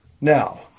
Now